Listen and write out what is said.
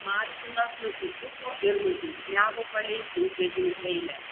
martinas nusisuko ir nužingsniavo palei sunkvežimių eilę